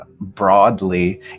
broadly